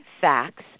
facts